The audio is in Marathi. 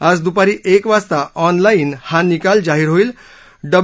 आज दुपारी एक वाजता ऑनलाईन हा निकाल जाहीर होईल